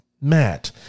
Matt